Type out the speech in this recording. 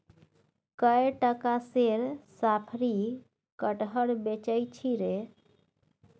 कए टका सेर साफरी कटहर बेचय छी रे